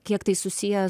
kiek tai susiję